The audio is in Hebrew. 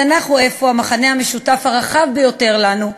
התנ"ך הוא אפוא המכנה המשותף הרחב ביותר לנו,